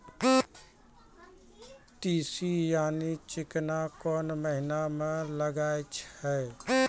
तीसी यानि चिकना कोन महिना म लगाय छै?